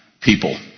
people